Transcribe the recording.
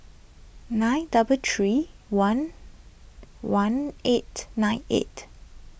nine double three one one eight nine eight